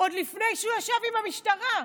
עוד לפני שהוא ישב עם המשטרה.